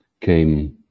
came